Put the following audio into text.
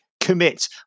commit